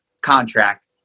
contract